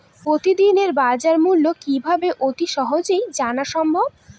প্রতিদিনের বাজারমূল্য কিভাবে অতি সহজেই জানা সম্ভব?